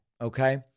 okay